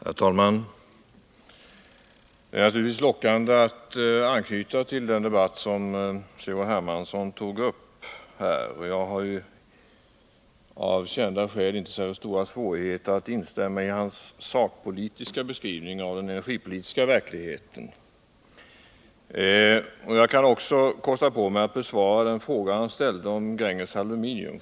Herr talman! Det är naturligtvis lockande att anknyta till den debatt som C.-H. Hermansson tog upp här. Jag har ju av kända skäl inte särskilt stora svårigheter att instämma i hans sakbeskrivning av den energipolitiska verkligheten. Jag kan också kosta på mig att besvara den fråga han ställde om Gränges Aluminium.